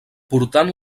portant